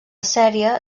sèrie